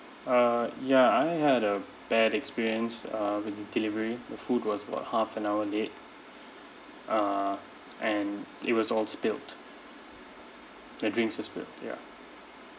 uh ya I had a bad experience uh with the delivery the food was about half an hour late uh and it was all spilled the drinks were spilled ya